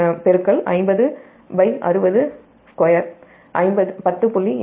1 5060 10